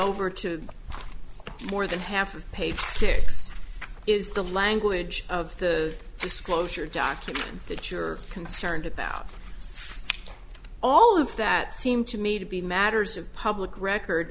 over to more than half of page six is the language of the disclosure document that you're concerned about all of that seem to me to be matters of public record